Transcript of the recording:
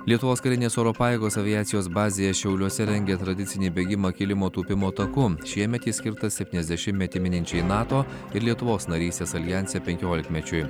lietuvos karinės oro pajėgos aviacijos bazėje šiauliuose rengia tradicinį bėgimą kilimo tūpimo taku šiemet jis skirtas septyniasdešimtmetį mininčiai nato ir lietuvos narystės aljanse penkiolikmečiui